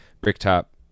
bricktop